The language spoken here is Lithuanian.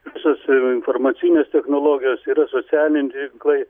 visos informacinės technologijos yra socialiniai tinklai